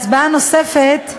הצעה נוספת,